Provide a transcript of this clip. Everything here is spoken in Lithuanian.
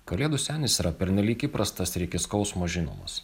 kalėdų senis yra pernelyg įprastas ir iki skausmo žinomas